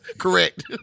Correct